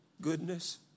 goodness